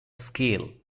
scale